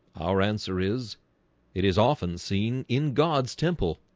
our answer is it is often seen in god's temple?